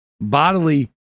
bodily